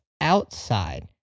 outside